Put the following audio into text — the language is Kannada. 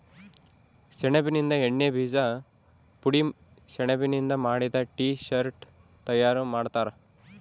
ಸೆಣಬಿನಿಂದ ಎಣ್ಣೆ ಬೀಜ ಪುಡಿ ಸೆಣಬಿನಿಂದ ಮಾಡಿದ ಟೀ ಶರ್ಟ್ ತಯಾರು ಮಾಡ್ತಾರ